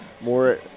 more